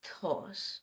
thought